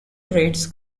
trades